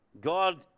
God